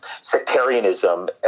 sectarianism